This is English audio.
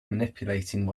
manipulating